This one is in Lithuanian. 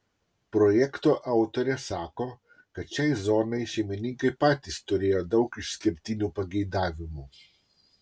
projekto autorė sako kad šiai zonai šeimininkai patys turėjo daug išskirtinių pageidavimų